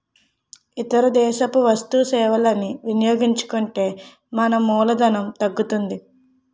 ఇతర దేశపు వస్తు సేవలని వినియోగించుకుంటే మన మూలధనం తగ్గుతుంది